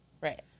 right